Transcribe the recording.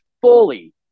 fully